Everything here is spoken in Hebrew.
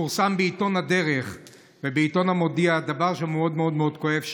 פורסם בעיתון הדרך ובעיתון המודיע דבר שהוא מאוד מאוד מאוד כואב,